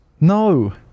No